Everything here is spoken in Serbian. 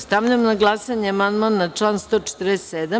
Stavljam na glasanje amandman na član 147.